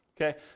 okay